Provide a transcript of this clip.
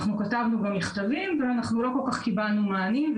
אנחנו גם כתבנו מכתבים ולא כל כך קיבלנו מענים.